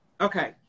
Okay